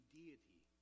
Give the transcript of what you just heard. deity